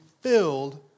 filled